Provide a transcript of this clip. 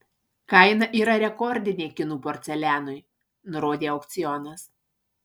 kaina yra rekordinė kinų porcelianui nurodė aukcionas